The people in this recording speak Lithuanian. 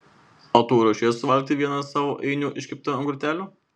o tu ruošiesi suvalgyti vieną savo ainių iškeptą ant grotelių